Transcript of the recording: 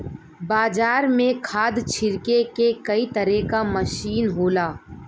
बाजार में खाद छिरके के कई तरे क मसीन होला